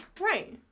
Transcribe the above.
Right